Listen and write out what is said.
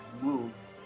move